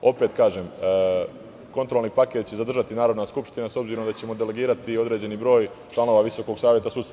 Opet kažem, kontrolni paket će zadržati Narodna skupština, s obzirom da ćemo delegirati određeni broj članova Visokog saveta sudstva.